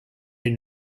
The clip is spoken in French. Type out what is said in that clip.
est